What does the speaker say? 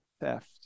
theft